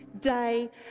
day